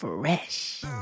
fresh